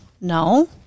No